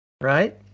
right